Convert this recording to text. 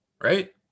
right